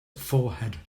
forehead